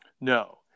No